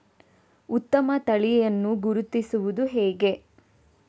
ಉತ್ತಮ ತಳಿಯನ್ನು ಗುರುತಿಸುವುದು ಹೇಗೆ?